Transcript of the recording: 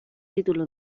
título